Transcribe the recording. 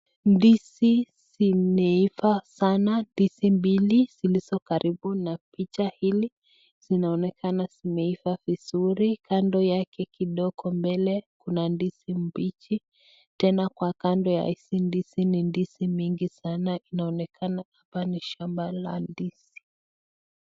Ndizi zimeivaa sana. Ndizi mbili zilizo karibu na picha hili zinaonekana zimeiva vizuri. Kando yake kidogo mbele kuna ndizi mbichi. Tena kwa kando ya hizi ndizi ni ndizi mingi sana. Inaonekana hapa ni shamba la ndizi.